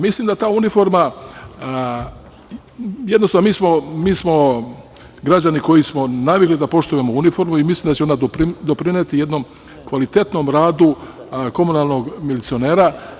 Mislim da ta uniforma, jednostavno mi smo građani koji smo navikli da poštujemo uniformu i mislim da će ona doprineti jednom kvalitetnom radu komunalnog milicionera.